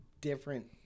different